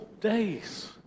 days